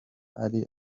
ari